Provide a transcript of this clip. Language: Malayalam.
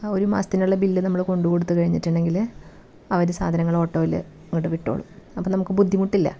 ആ ഒരു മാസത്തിനുള്ള ബില്ല് നമ്മൾ കൊണ്ട് കൊടുത്ത് കഴിഞ്ഞിട്ടുണ്ടെങ്കിൽ അവർ സാധനങ്ങൾ ഓട്ടോയിൽ ഇങ്ങട് വിട്ടോളും അപ്പം നമുക്ക് ബുദ്ധിമുട്ടില്ല